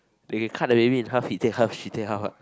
they cut the baby into half he take half she take half lah